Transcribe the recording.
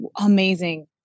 amazing